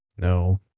no